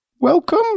Welcome